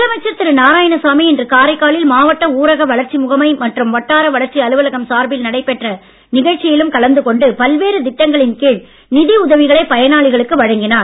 முதலமைச்சர் திரு நாராயணசாமி இன்று காரைக்காலில் மாவட்ட ஊரக வளர்ச்சி முகமை மற்றும் வட்டார வளர்ச்சி அலுவலகம் சார்பில் நடைபெற்ற நிகழ்ச்சியிலும் கலந்து கொண்டு பல்வேறு திட்டங்களின் கீழ் நிதி உதவிகளை பயனாளிகளுக்கு வழங்கினார்